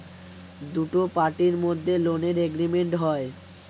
দুটো পার্টির মধ্যে লোনের এগ্রিমেন্ট হয়